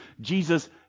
Jesus